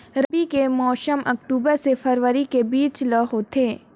रबी कर मौसम अक्टूबर से फरवरी के बीच ल होथे